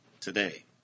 today